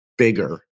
Bigger